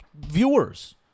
viewers